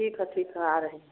ठीक है ठीक है आ रहे हैं